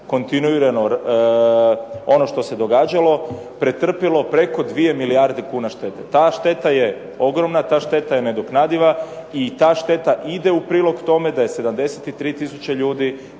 kontinuirano ono što se događalo pretrpjelo preko 2 milijarde kuna štete. Ta šteta je ogromna i ta šteta je nedoknadiva i ta šteta ide u prilog tome da je 73 tisuće ljudi